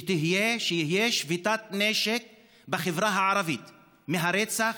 שתהיה שביתת נשק בחברה הערבית מהרצח,